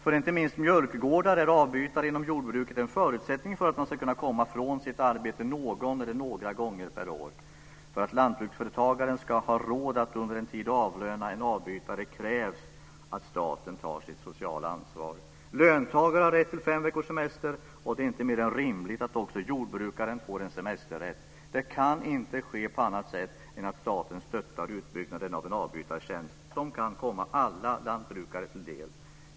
För inte minst mjölkgårdar är avbytare inom jordbruket en förutsättning för att man ska kunna komma från sitt arbete någon eller några gånger per år. För att lantbruksföretagaren ska ha råd att under en tid avlöna en avbytare krävs att staten tar sitt sociala ansvar. Löntagare har rätt till fem veckors semester. Det är inte mer än rimligt att också jordbrukaren får en semesterrätt. Det är kan inte ske på annat sätt än genom att staten stöttar utbyggnaden av en avbytartjänst som kan komma alla lantbrukare till del.